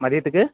மதியத்துக்கு